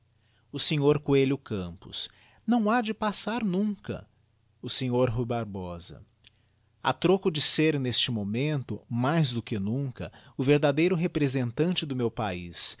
o sr coelho campos não ha de passar nunca o sr ruy barbosa a troco de ser neste momento mais do que nunca o verdadeiro representante do meu paiz